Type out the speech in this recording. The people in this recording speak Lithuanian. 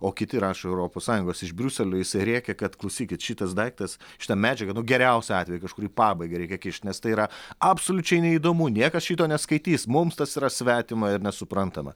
o kiti rašo europos sąjungos iš briuselio jisai rėkia kad klausykit šitas daiktas šita medžiaga nu geriausiu atveju kažkur į pabaigą reikia nes tai yra absoliučiai neįdomu niekas šito neskaitys mums tas yra svetima ir nesuprantama